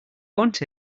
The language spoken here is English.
want